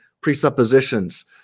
presuppositions